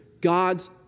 God's